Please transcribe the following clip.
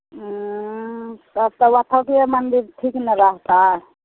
उँ तब तऽ ओतहुके मन्दिर ठीक ने रहतै